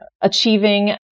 achieving